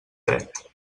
dret